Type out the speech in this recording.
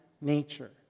nature